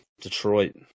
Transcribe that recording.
Detroit